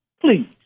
Please